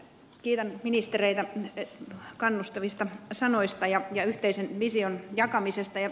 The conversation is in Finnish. kiitän ministereitä kannustavista sanoista ja yhteisen vision jakamisesta